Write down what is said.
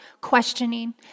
questioning